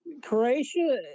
Croatia